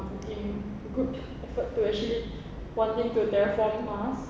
working good effort to actually wanting to telephone us